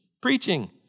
preaching